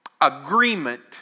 agreement